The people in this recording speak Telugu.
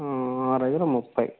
ఆరైదుల ముప్పై